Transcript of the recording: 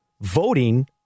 voting